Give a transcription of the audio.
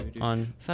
on